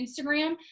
Instagram